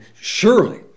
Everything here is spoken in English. surely